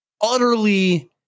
utterly